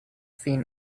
seen